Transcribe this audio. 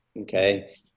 Okay